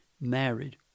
married